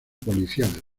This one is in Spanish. policial